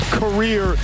career